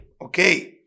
okay